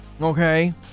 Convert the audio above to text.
Okay